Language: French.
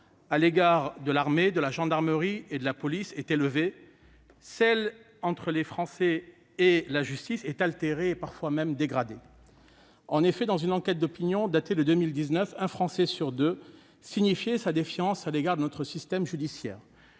à l'égard de l'armée, de la gendarmerie et de la police est élevée, celle que les Français placent en la justice est altérée, parfois même dégradée. En effet, dans une enquête d'opinion de 2019, un Français sur deux signifiait sa défiance à l'égard de notre système judiciaire